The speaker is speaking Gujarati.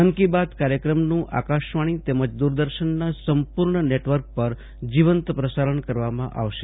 મન કી બાત કાર્યક્રમનું આકાશવાણી તેમજ દ્વરદર્શનના સંપૂર્ણ નેટવર્ક પર જીવંત પ્રસારણ કરવામાં આવશે